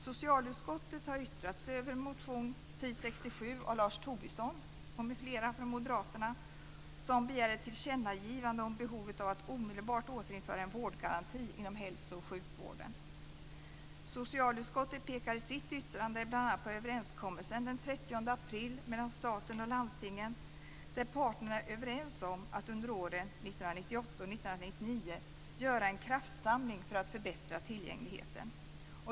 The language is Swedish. Socialutskottet pekar i sitt yttrande bl.a. på överenskommelsen den 30 april mellan staten och landstingen, där parterna är överens om att under åren 1998-1999 göra en kraftsamling för att förbättra tillgängligheten.